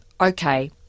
Okay